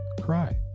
cry